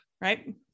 right